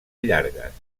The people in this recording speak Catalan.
llargues